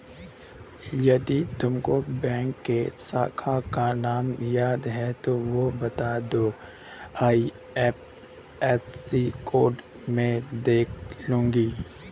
यदि तुमको बैंक की शाखा का नाम याद है तो वो बता दो, आई.एफ.एस.सी कोड में देख लूंगी